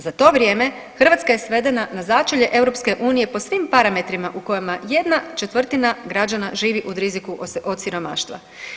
Za to vrijeme Hrvatska je svedena na začelje EU po svim parametrima u kojima jedna četvrtina građana živi u riziku od siromaštva.